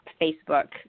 Facebook